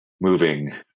moving